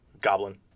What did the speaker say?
goblin